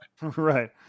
right